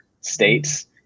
states